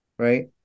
Right